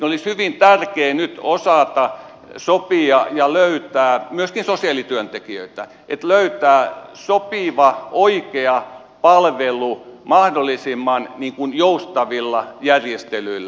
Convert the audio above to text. myöskin sosiaalityöntekijöitä niin olisi hyvin tärkeä nyt osata sopia ja löytää sopiva oikea palvelu mahdollisimman joustavilla järjestelyillä